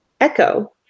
Echo